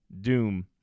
doom